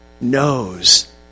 knows